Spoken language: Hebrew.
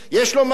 יש לו מזכירות,